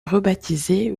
rebaptisée